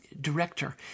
director